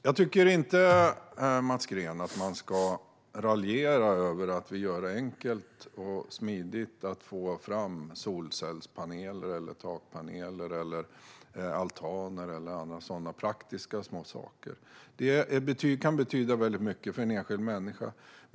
Herr talman! Jag tycker inte, Mats Green, att man ska raljera över att vi gör det enkelt och smidigt att få fram solcellspaneler, takpaneler, altaner eller andra praktiska små saker. Det kan betyda mycket för en enskild människa.